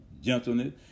gentleness